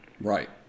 Right